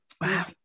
Wow